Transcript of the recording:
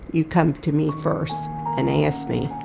you come to me first and ask me